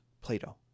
Plato